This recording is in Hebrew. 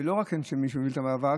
ולא רק שאין מי שמוביל את המאבק,